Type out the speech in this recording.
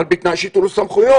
אבל בתנאי שייתנו לו סמכויות.